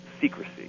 secrecy